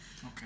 Okay